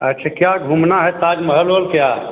अच्छा क्या घूमना है ताजमहल ओहल क्या